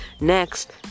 next